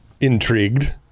intrigued